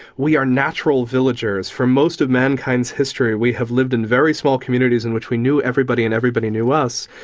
we are natural villagers. for most of mankind's history we have lived in very small communities in which we knew everybody and everybody knew us.